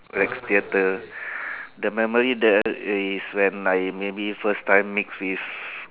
rex theater the memory is when I maybe first time mix with